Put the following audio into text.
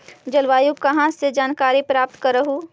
जलवायु कहा से जानकारी प्राप्त करहू?